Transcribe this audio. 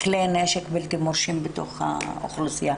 כלי נשק בלתי מורשים בתוך האוכלוסייה.